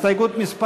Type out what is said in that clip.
הסתייגות מס'